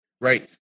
Right